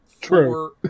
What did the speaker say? True